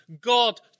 God